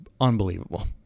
unbelievable